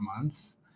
months